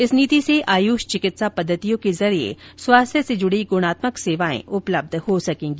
इस नीति से आयुष चिकित्सा पद्धतियों के जरिये स्वास्थ्य से जुड़ी गुणात्मक सेवाएं उपलब्ध हो सकेंगी